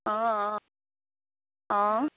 অঁ অঁ অঁ